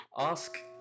ask